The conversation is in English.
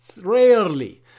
rarely